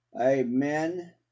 Amen